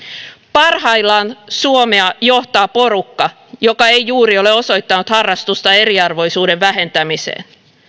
parhaillaan suomea johtaa porukka joka ei juuri ole osoittanut harrastusta eriarvoisuuden vähentämiseen